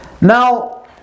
Now